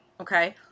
Okay